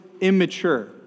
immature